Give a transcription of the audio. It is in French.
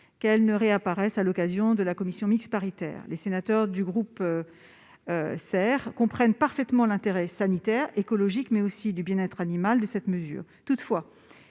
qu'elle ne réapparaisse à l'occasion de la commission mixte paritaire. Les sénateurs du groupe SER comprennent parfaitement l'intérêt sanitaire et écologique de cette mesure,